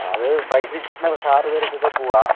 അത് ഫൈവ് സീറ്റാണ് പക്ഷെ ആറ് പേർക്കൊക്കെ പോവാം